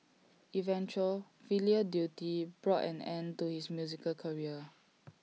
eventual filial duty brought an end to his musical career